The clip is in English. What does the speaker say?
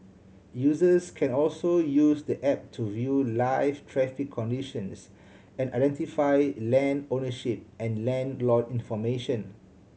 users can also use the app to view live traffic conditions and identify land ownership and land lot information